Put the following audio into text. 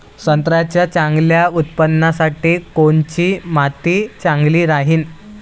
संत्र्याच्या चांगल्या उत्पन्नासाठी कोनची माती चांगली राहिनं?